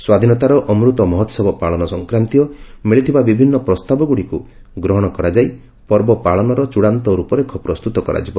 ସ୍ୱାଧୀନତାର ଅମୃତ ମହୋହବ ପାଳନ ସଫକ୍ରାନ୍ତୀୟ ମିଳିଥିବା ବିଭିନ୍ନ ପ୍ରସ୍ତାବକୁ ଗ୍ରହଣ କରାଯାଇ ଚୂଡ଼ାନ୍ତ ରୂପରେଖ ପ୍ରସ୍ତୁତ କରାଯିବ